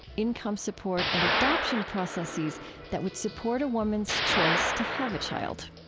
income support, and adoption processes that would support a woman's choice to have a child.